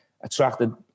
attracted